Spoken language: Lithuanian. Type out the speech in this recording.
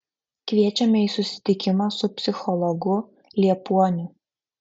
kviečiame į susitikimą su psichologu liepuoniu